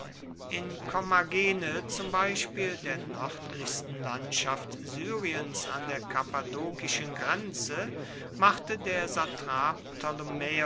in kommagene zum beispiel der nördlichsten landschaft syriens an der kappadokischen grenze machte der satrap